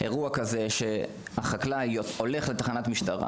חקלאי שהולך להגיש תלונה בתחנת משטרה